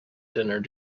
dinner